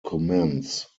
commence